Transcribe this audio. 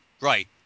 Right